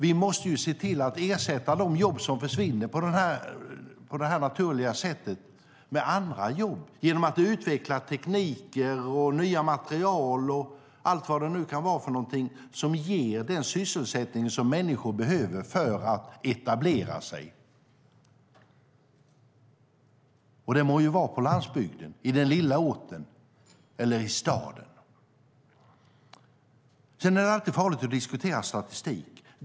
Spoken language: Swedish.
Vi måste se till att ersätta de jobb som försvinner på det här naturliga sättet med andra jobb genom att utveckla tekniker, nya material och allt vad det nu kan vara för någonting som ger den sysselsättning som människor behöver för att etablera sig. Det må vara på landsbygden, i den lilla orten eller i staden. Sedan är det alltid farligt att diskutera statistik.